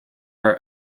are